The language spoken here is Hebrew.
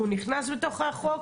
הוא נכנס לתוך החוק?